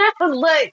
look